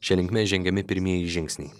šia linkme žengiami pirmieji žingsniai